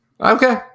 Okay